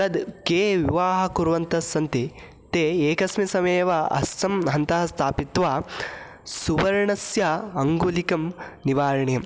तद् के विवाहः कुर्वन्तः सन्ति ते एकस्मिन् समये एव अस्य अन्तः स्थापयित्वा सुवर्णस्य अङ्गुलीयकं निवारणीयम्